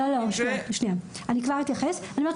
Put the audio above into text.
אולי תעבירי